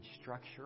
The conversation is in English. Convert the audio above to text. structure